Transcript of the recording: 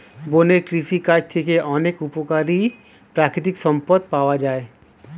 বনের কৃষিকাজ থেকে অনেক উপকারী প্রাকৃতিক সম্পদ পাওয়া যায়